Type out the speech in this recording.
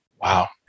Wow